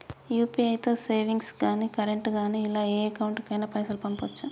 UPI తో savings గాని current గాని ఇలా ఏ అకౌంట్ కైనా పైసల్ పంపొచ్చా?